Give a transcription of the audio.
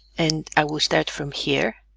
and i will start from here